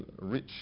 rich